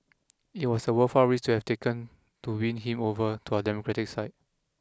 it was a worthwhile risk to have taken to win him over to our democratic side